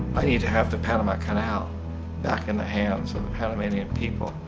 i need to have the panama canal back in the hands of the panamian people.